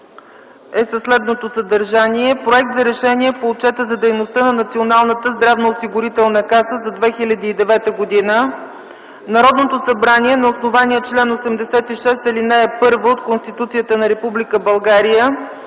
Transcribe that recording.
е със следното съдържание: „Проект РЕШЕНИЕ по Отчета за дейността на Националната здравноосигурителна каса за 2009 г. Народното събрание на основание чл. 86, ал. 1 от Конституцията на Република България